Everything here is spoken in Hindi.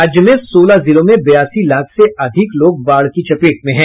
राज्य में सोलह जिलों में बयासी लाख से अधिक लोग बाढ़ की चपेट में हैं